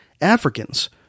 Africans